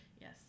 Yes